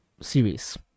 series